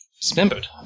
Dismembered